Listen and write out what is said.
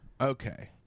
Okay